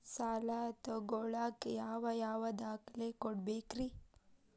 ಸಾಲ ತೊಗೋಳಾಕ್ ಯಾವ ಯಾವ ದಾಖಲೆ ಕೊಡಬೇಕ್ರಿ?